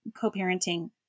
co-parenting